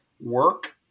work